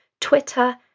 Twitter